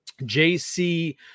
jc